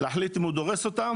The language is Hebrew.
להחליט אם הוא דורס אותם